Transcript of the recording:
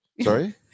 Sorry